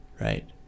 right